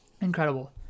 Incredible